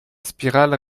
spirale